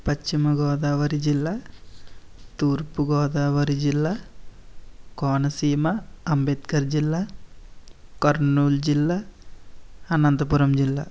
పశ్చిమ గోదావరి జిల్లా తూర్పు గోదావరి జిల్లా కోనసీమ అంబేద్కర్ జిల్లా కర్నూలు జిల్లా అనంతపురం జిల్లా